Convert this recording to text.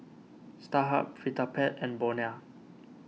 Starhub Vitapet and Bonia